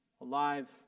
alive